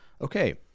okay